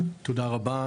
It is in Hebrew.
תודה רבה.